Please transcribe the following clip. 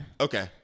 okay